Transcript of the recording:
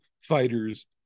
Fighters